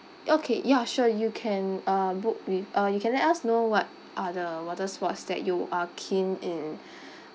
okay ya sure you can uh book with uh you can let us know what are the water sports that you are keen in